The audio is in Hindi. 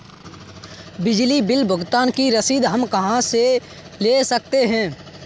बिजली बिल भुगतान की रसीद हम कहां से ले सकते हैं?